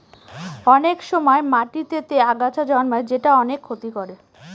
অনেক সময় মাটিতেতে আগাছা জন্মায় যেটা অনেক ক্ষতি করে